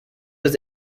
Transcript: was